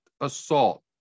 assault